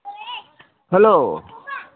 hello